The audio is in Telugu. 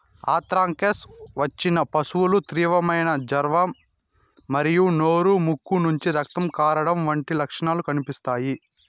ఆంత్రాక్స్ వచ్చిన పశువుకు తీవ్రమైన జ్వరం మరియు నోరు, ముక్కు నుంచి రక్తం కారడం వంటి లక్షణాలు కనిపిస్తాయి